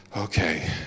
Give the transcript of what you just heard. Okay